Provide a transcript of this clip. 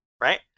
right